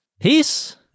peace